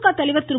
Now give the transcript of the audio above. திமுக தலைவர் திரு